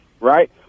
right